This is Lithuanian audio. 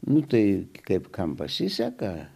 nu tai kaip kam pasiseka